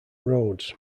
roads